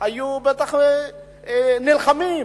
היו נלחמים.